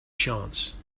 chance